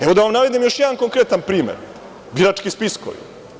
Evo, da vam navedem još jedan konkretan primer – birački spiskovi.